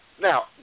now